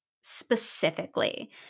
specifically